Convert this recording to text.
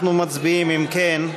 אנחנו מצביעים, אם כן,